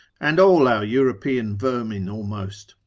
and all our european vermin almost,